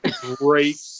great